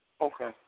Okay